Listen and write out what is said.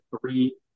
three